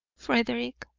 frederick,